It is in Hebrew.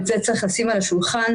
ואת זה צריך לשים על השולחן,